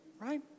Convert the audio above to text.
right